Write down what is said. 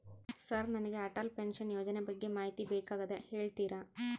Sir ನನಗೆ Atal pension ಯೋಜನೆ ಬಗ್ಗೆ ಮಾಹಿತಿ ಬೇಕಾಗ್ಯದ ಹೇಳ್ತೇರಾ?